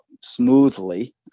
smoothly